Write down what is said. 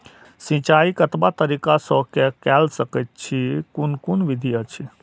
सिंचाई कतवा तरीका स के कैल सकैत छी कून कून विधि अछि?